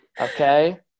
Okay